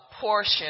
portion